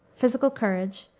physical courage,